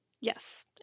Yes